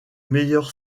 meilleur